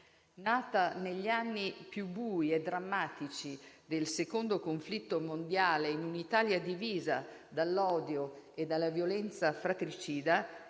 Nata negli anni più bui e drammatici del secondo conflitto mondiale, in un'Italia divisa dall'odio e dalla violenza fratricida,